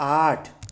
आठ